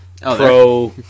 pro